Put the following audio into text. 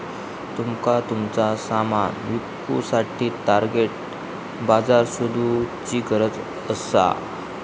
तुमका तुमचा सामान विकुसाठी टार्गेट बाजार शोधुची गरज असा